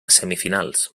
semifinals